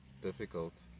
Difficult